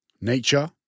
nature